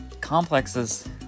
complexes